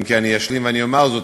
אם כי אשלים ואומר זאת,